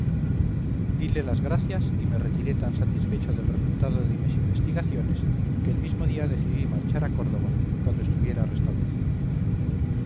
dile las gracias y me retiré tan satisfecho del resultado de mis investigaciones que el mismo día decidí marchar a córdoba cuando estuviera restablecido